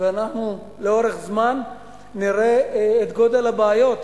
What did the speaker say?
ואנחנו לאורך זמן נראה את גודל הבעיות,